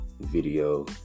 video